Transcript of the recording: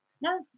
No